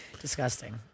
disgusting